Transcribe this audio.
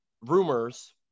rumors